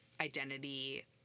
identity